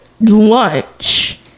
lunch